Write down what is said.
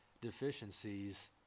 deficiencies